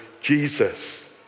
Jesus